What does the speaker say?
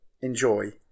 Enjoy